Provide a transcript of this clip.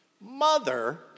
Mother